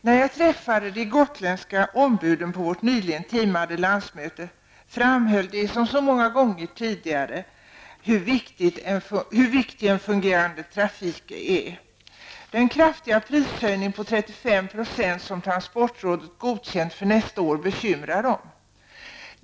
När jag träffade de gotländska ombuden på folkpartiets nyligen timade landsmöte, framhöll de som så många gånger tidigare hur viktig en fungerande trafik är. Den kraftiga prishöjning på 35 % som transportrådet godkänt för nästa år bekymrar dem.